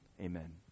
Amen